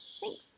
Thanks